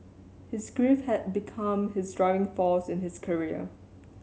his grief had become his driving force in his career